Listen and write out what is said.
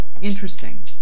interesting